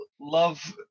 love